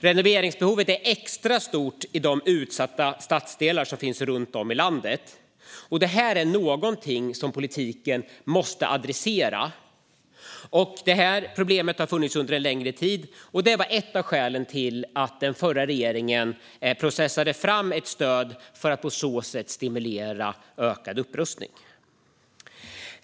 Renoveringsbehovet är extra stort i utsatta stadsdelar runt om i landet. Detta problem måste politiken adressera. Problemet har funnits under en längre tid, och det är ett av skälen till att den förra regeringen processade fram ett stöd för att på så sätt stimulera ökad upprustning.